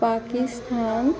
Pakistan